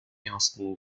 ersten